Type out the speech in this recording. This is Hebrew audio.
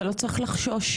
אתה לא צריך לחשוש,